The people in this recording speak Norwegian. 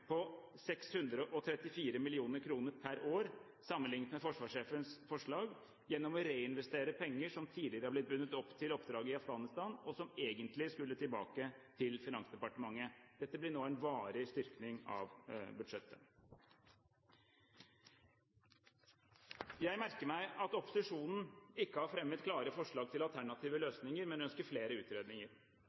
på 634 mill. kr per år, sammenlignet med forsvarssjefens forslag, gjennom å reinvestere penger som tidligere har blitt bundet opp til oppdraget i Afghanistan, og som egentlig skulle tilbake til Finansdepartementet. Dette blir nå en varig styrkning av budsjettet. Jeg merker meg at opposisjonen ikke har fremmet klare forslag til alternative løsninger, men ønsker flere utredninger.